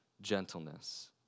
gentleness